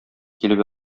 килеп